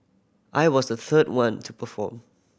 I was the third one to perform